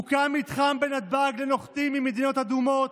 הוקם מתחם בנתב"ג לנוחתים ממדינות אדומות,